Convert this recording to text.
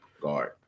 guard